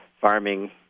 farming